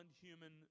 human